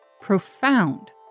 profound